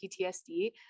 PTSD